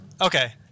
Okay